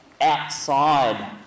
outside